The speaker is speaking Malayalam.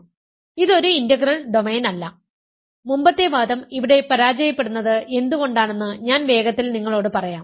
അതിനാൽ ഇത് ഒരു ഇന്റഗ്രൽ ഡൊമെയ്ൻ അല്ല മുമ്പത്തെ വാദം ഇവിടെ പരാജയപ്പെടുന്നത് എന്തുകൊണ്ടാണെന്ന് ഞാൻ വേഗത്തിൽ നിങ്ങളോട് പറയാം